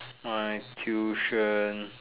my tuition